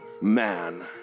man